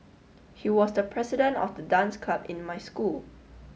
he was the president of the dance club in my school